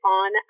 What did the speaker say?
on